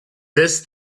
this